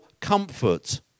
comfort